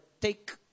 take